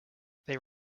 they